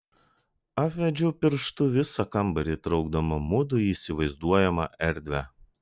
apvedžiau pirštu visą kambarį įtraukdama mudu į įsivaizduojamą erdvę